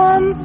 One